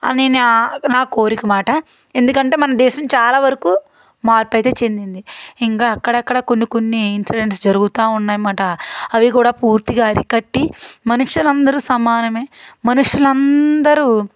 అని నా నా కోరికన్నమాట ఎందుకంటే మన దేశం చాలా వరకు మార్పు అయితే చెందింది ఇంకా అక్కడక్కడ కొన్ని కొన్ని ఇన్సిడెంట్స్ జరుగుతూ ఉన్నాయన్నమాట అవి కూడా పూర్తిగా అరికట్టి మనుషులు అందరూ సమానమే మనుషులు అందరూ